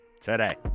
today